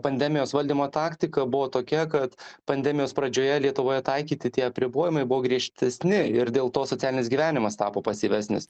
pandemijos valdymo taktika buvo tokia kad pandemijos pradžioje lietuvoje taikyti tie apribojimai buvo griežtesni ir dėl to socialinis gyvenimas tapo pasyvesnis